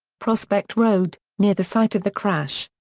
prospect road, near the site of the crash.